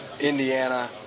Indiana